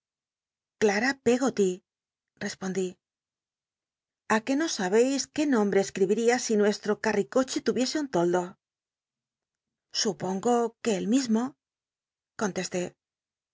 clara peggot respondí a qué no sabcis qué nombte escribiria si nuestro rntti cochc turiese un toldo supongo qn c el mismo con